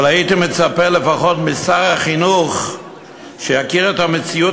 אבל הייתי מצפה לפחות משר החינוך שיכיר את המציאות